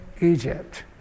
Egypt